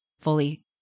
fully